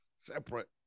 Separate